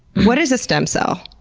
what is a stem cell?